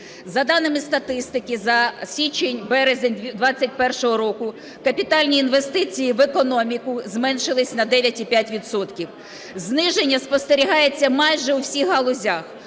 За даними статистики, за січень-березень 21-го року капітальні інвестиції в економіку зменшились на 9,5 відсотка. Зниження спостерігається майже у всіх галузях.